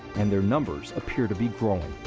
and their numbers appear to be growing.